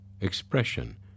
expression